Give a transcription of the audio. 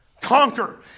Conquer